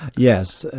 yes,